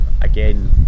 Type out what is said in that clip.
again